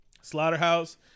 Slaughterhouse